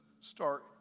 start